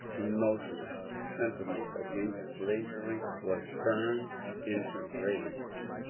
emotional sentiment against slavery was turned into rage.